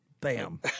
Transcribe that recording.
bam